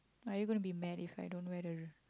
are you gonna be mad If I don't wear the